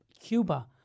Cuba